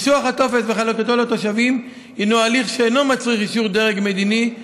ניסוח הטופס וחלוקתו לתושבים הינו הליך שאינו מצריך אישור דרג מדיני,